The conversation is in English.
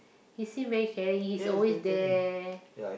he seem very caring he's always there